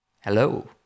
Hello